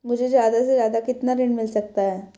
मुझे ज्यादा से ज्यादा कितना ऋण मिल सकता है?